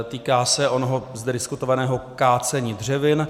Týká se onoho zde diskutovaného kácení dřevin.